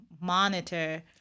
monitor